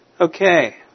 Okay